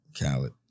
Khaled